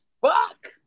fuck